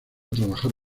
trabajar